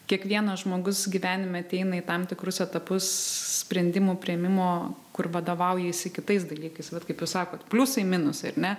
kiekvienas žmogus gyvenime ateina į tam tikrus etapus sprendimų priėmimo kur vadovaujasi kitais dalykais vat kaip jūs sakot pliusai minusai ar ne